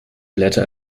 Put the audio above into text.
blätter